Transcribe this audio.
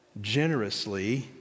generously